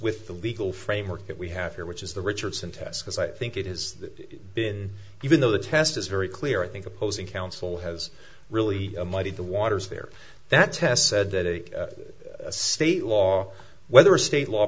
with the legal framework that we have here which is the richardson test because i think it has been even though the test is very clear i think opposing counsel has really muddied the waters there that test said that a state law whether state law